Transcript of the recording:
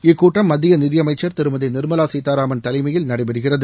இக்கூட்டம் மத்திய நிதியமைச்சர் திருமதி நிர்மலா சீதாராமன் தலைமையில் நடைபெறுகிறது